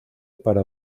para